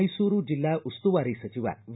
ಮೈಸೂರು ಜಿಲ್ಲಾ ಉಸ್ತುವಾರಿ ಸಚಿವ ವಿ